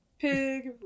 pig